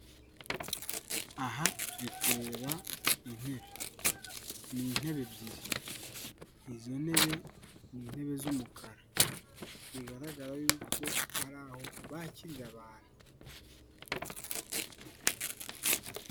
Aha turi kureba intebe ni intebe ebyiri izi ntebe ni intebe z'umukara bigaragara y'uko ari aho bakirira abantu.